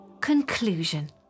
Conclusion